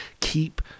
keep